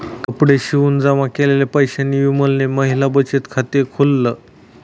कपडे शिवून जमा केलेल्या पैशांनी विमलने महिला बचत खाते खोल्ल